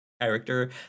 character